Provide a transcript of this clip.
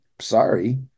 sorry